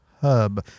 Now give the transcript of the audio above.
Hub